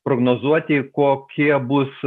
prognozuoti kokie bus